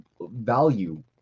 value